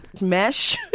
mesh